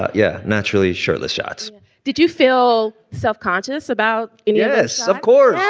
ah yeah, naturally shirtless shots did you feel self-conscious about it? yes, of course.